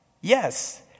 yes